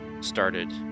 started